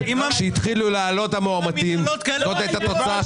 כשהתחלו להתרבות המאומתים זו הייתה התוצאה,